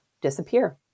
disappear